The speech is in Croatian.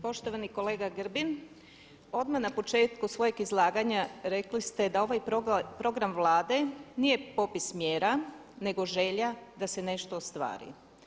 Poštovani kolega Grbin odmah na početku svojeg izlaganja rekli ste da ovaj program Vlade nije popis mjera nego želja da se nešto ostvari.